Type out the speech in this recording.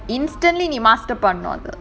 instantly நீ:nee master பண்ணனும்அது:pannanum adhu